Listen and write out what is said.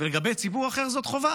ולגבי ציבור אחר זאת חובה.